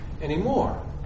anymore